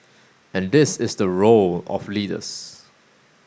and this is the role of leaders